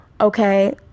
okay